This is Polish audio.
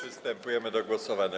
Przystępujemy do głosowania.